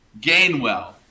Gainwell